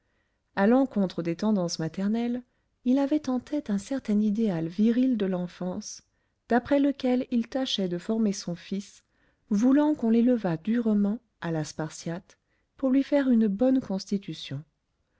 à l'encontre des tendances maternelles il avait en tête un certain idéal viril de l'enfance d'après lequel il tâchait de former son fils voulant qu'on l'élevât durement à la spartiate pour lui faire une bonne constitution